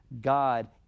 God